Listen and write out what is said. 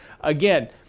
again